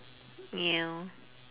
yeah